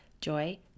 joy